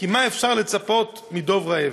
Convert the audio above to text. כי מה אפשר לצפות מדוב רעב.